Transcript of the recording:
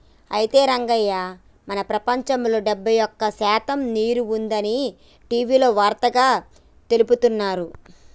అయితే రంగయ్య మన ప్రపంచంలో డెబ్బై ఒక్క శాతం నీరు ఉంది అని టీవీలో వార్తగా తెలుపుతున్నారు